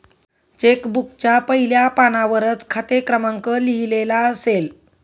check बुकच्या पहिल्या पानावरच खाते क्रमांक लिहिलेला असेल